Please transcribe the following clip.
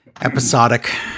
episodic